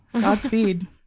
Godspeed